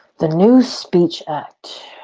the new speech act.